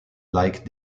like